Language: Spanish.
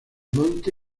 monte